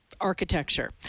architecture